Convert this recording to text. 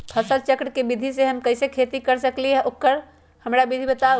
फसल चक्र के विधि से हम कैसे खेती कर सकलि ह हमरा ओकर विधि बताउ?